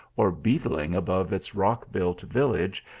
or beetling above its rock-built village,